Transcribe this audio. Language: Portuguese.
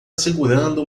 segurando